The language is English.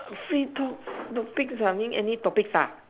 free to~ topics ah means any topics ah